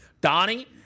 Donnie